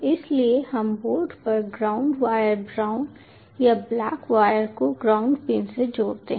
इसलिए हम बोर्ड पर ग्राउंड वायर ब्राउन या ब्लैक वायर को ग्राउंड पिन से जोड़ते हैं